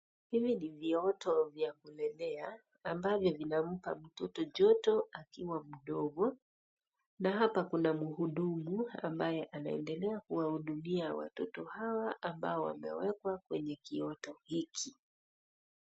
Hivi ni vioto vya kulelea ambavyo vinampa mtoto joto akiwa mdogo, na hapa kuna mhudumu ambaye anaendelea kuwahudumia watoto hawa ambao wamewekwa kwenye kioto hiki.